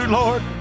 lord